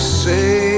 say